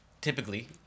typically